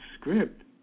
script